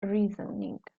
reasoning